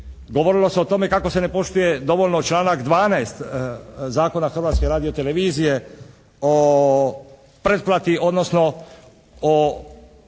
Govorilo se o tome kako se ne poštuje dovoljno članak 12. Zakona Hrvatske radio-televizije o pretplati odnosno o